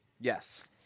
Yes